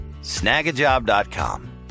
snagajob.com